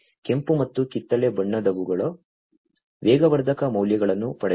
ಕೆಂಪು ಮತ್ತು ಕಿತ್ತಳೆ ಬಣ್ಣದವುಗಳು ವೇಗವರ್ಧಕ ಮೌಲ್ಯಗಳನ್ನು ಪಡೆಯುತ್ತಿವೆ